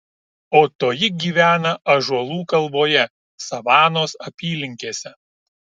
o toji gyvena ąžuolų kalvoje savanos apylinkėse